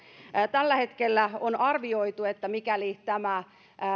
tällä hetkellä on arvioitu että mikäli tämä